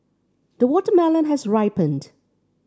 the watermelon has ripened